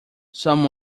some